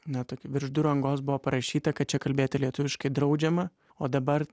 ne tokį virš durų angos buvo parašyta kad čia kalbėti lietuviškai draudžiama o dabar